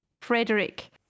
Frederick